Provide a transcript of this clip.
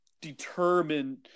Determined